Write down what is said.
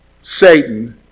Satan